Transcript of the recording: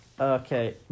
Okay